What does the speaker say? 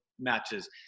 matches